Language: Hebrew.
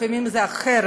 לפעמים זה אחרת.